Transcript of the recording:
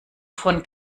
von